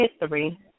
history